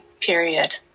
period